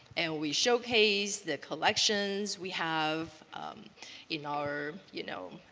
and we showcase the collections we have in our, you know,